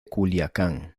culiacán